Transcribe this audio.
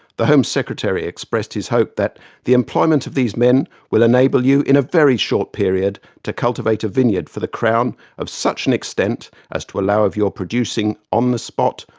the home secretary expressed his hope that the employment of these men will enable you in a very short period to cultivate a vineyard for the crown of such an extent as to allow of your producing, on the spot,